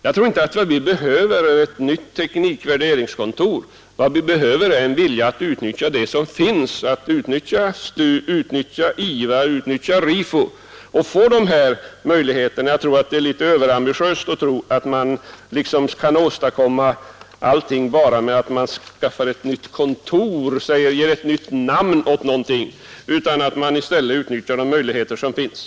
Jag tror inte att vad vi behöver är ett nytt teknikvärderingskontor utan en vilja att utnyttja det som finns att utnyttja, IVA och RIFO. Det är litet överambitiöst att tro att man kan åstadkomma allting bara med att skapa ett nytt kontor och ge ett nytt namn åt någonting. Man bör i stället utnyttja de möjligheter som finns.